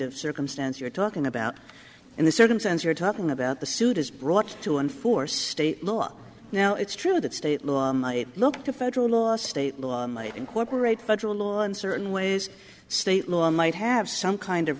of circumstance you're talking about in the circumstance you're talking about the suit is brought to enforce state law now it's true that state law and i look to federal law state law incorporate federal law in certain ways state law might have some kind of